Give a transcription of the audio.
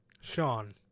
Sean